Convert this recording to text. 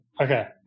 Okay